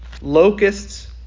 locusts